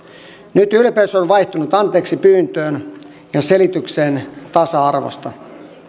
nyt ylpeys on vaihtunut anteeksipyyntöön ja selitykseen tasa arvosta